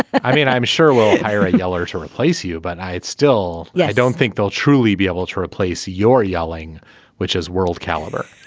i mean i'm sure we'll hire a yeller to replace you but i still yeah don't think they'll truly be able to replace your yelling which has world caliber